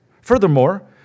Furthermore